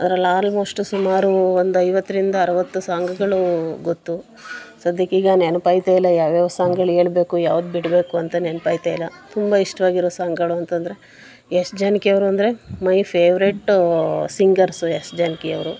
ಅದ್ರಲ್ಲಿ ಆಲ್ಮೋಸ್ಟು ಸುಮಾರು ಒಂದು ಐವತ್ತರಿಂದ ಅರವತ್ತು ಸಾಂಗ್ಗಳು ಗೊತ್ತು ಸದ್ಯಕ್ಕೀಗ ನೆನಪಾಗ್ತಾ ಇಲ್ಲ ಯಾವ್ಯಾವ ಸಾಂಗಳು ಹೇಳ್ಬೇಕು ಯಾವ್ದು ಬಿಡಬೇಕು ಅಂತ ನೆನ್ಪಾಗ್ತಾ ಇಲ್ಲ ತುಂಬ ಇಷ್ಟವಾಗಿರೋ ಸಾಂಗ್ಗಳು ಅಂತಂದರೆ ಎಸ್ ಜಾನಕಿ ಅವರು ಅಂದರೆ my favourite singers S Janaki ಅವರು